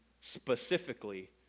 specifically